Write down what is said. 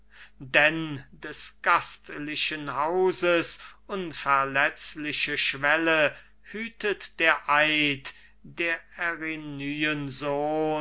denn des gastlichen hauses unverletzliche schwelle hütet der eid der erinyen